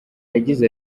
yagize